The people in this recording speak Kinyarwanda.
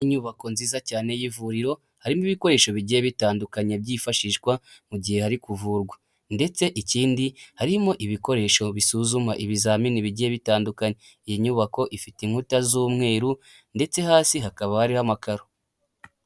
Inyubako nziza cyane y'ivuriro harimo ibikoresho bigiye bitandukanye byifashishwa mu gihe hari kuvurwa ndetse ikindi harimo ibikoresho bisuzuma ibizamini bigiye bitandukanye iyi nyubako ifite inkuta z'umweru ndetse hasi hakaba hariho amakaro.